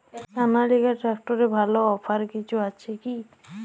সনালিকা ট্রাক্টরে ভালো অফার কিছু আছে কি?